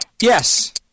Yes